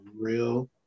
Real